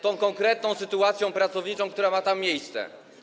Chodzi o konkretną sytuację pracowniczą, która ma tam miejsce.